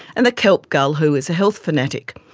and the kelp gull who is a health fanatic.